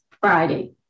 Friday